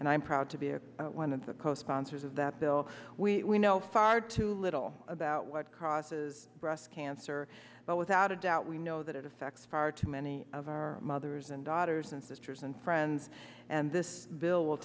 and i'm proud to be of one of the co sponsors of that bill we know far too little about what crosses breast cancer but without a doubt we know that it affects far too many of our mothers and daughters and sisters and friends and this bill will